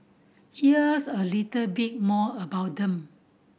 here's a little bit more about them